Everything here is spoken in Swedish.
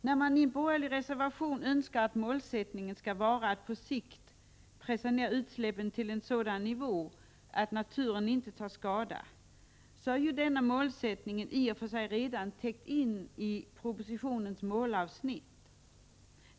När man i en borgerlig reservation skriver att målsättningen bör vara att på sikt pressa ned utsläppen till en sådan nivå att naturen ej tar skada, vill jag framhålla att denna målsättning i och för sig redan har täckts in i propositionens målavsnitt.